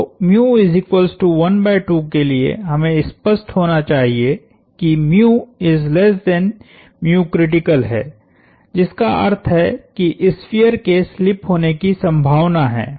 तोके लिए हमें स्पष्ट होना चाहिए किहै जिसका अर्थ है कि स्फीयर के स्लिप होने की संभावना है